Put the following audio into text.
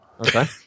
okay